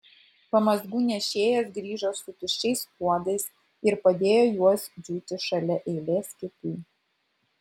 pamazgų nešėjas grįžo su tuščiais puodais ir padėjo juos džiūti šalia eilės kitų